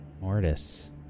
Mortis